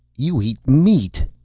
you eat meat!